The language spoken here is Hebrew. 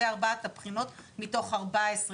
אלה ארבעת הבחינות מתוך 14 שיש.